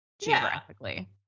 geographically